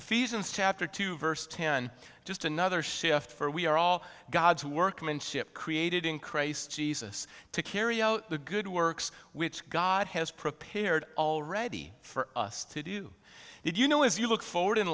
if eason's chapter two verse ten just another shift for we are all god's workmanship created in christ jesus to carry out the good works which god has prepared already for us to do if you know as you look forward in